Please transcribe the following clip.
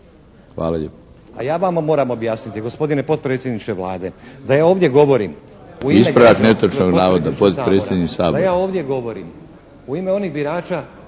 Hvala lijepo.